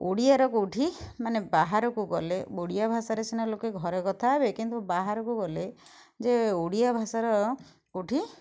ଓଡ଼ିଆର କେଉଁଠି ମାନେ ବାହାରକୁ ଗଲେ ଓଡ଼ିଆ ଭାଷାରେ ସିନା ଲୋକେ ଘରେ କଥା ହେବେ କିନ୍ତୁ ବାହାରକୁ ଗଲେ ଯେ ଓଡ଼ିଆ ଭାଷାର କେଉଁଠି